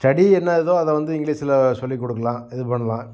study என்ன இதுவோ அதை வந்து இங்கிலிஷ்ல சொல்லி கொடுக்கலாம் இது பண்ணலாம்